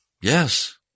Yes